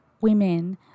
women